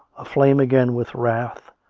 aflame again with wrath,